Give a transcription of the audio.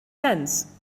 sense